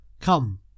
Come